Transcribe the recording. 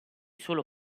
solo